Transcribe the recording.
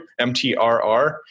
MTRR